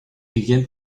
began